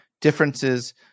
differences